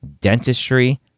dentistry